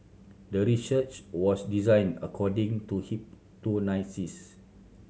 the research was designed according to hip to